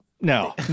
no